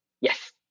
Yes